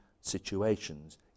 situations